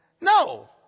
No